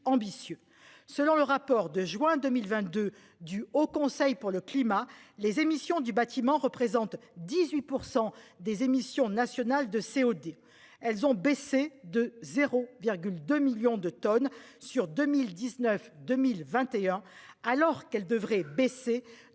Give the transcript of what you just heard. ambitieux. Selon le rapport de juin 2022 du Haut Conseil pour le climat, les émissions du bâtiment représente 18% des émissions nationales de CO2. Elles ont baissé de 0,2 millions de tonnes sur 2019 2021 alors qu'elle devrait baisser de